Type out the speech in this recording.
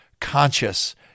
conscious